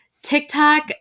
TikTok